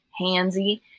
handsy